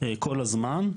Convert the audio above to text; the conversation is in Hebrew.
כל הזמן.